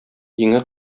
иңе